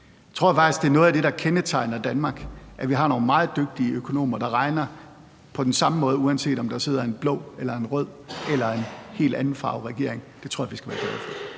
Jeg tror faktisk, at noget af det, der kendetegner Danmark, er, at vi har nogle meget dygtige økonomer, der regner på den samme måde, uanset om der sidder en blå, en rød eller en helt anden farve regering. Det tror jeg at vi skal være glade for.